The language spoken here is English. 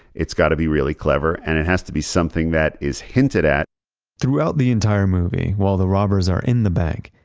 it's got to be really clever, and it has to be something that is hinted at throughout the entire movie while the robbers are in the bank,